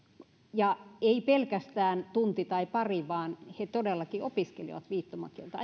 ja ei pelkästään tuntia tai paria vaan he todellakin opiskelivat viittomakieltä